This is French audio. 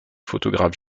photographe